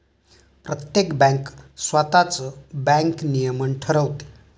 प्रत्येक बँक स्वतःच बँक नियमन ठरवते